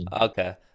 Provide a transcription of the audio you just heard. Okay